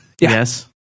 yes